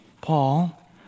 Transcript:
Paul